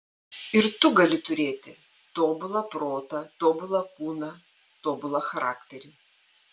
ir tu gali turėti tobulą protą tobulą kūną tobulą charakterį